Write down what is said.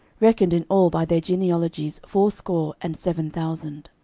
reckoned in all by their genealogies fourscore and seven thousand.